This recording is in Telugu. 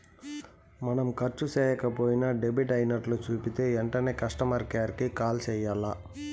మనం కర్సు సేయక పోయినా డెబిట్ అయినట్లు సూపితే ఎంటనే కస్టమర్ కేర్ కి కాల్ సెయ్యాల్ల